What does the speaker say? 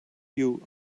you